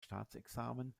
staatsexamen